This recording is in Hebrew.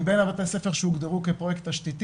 מבין בתי הספר שהוגדרו כפרויקט תשתיתי